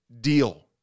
deal